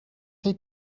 chi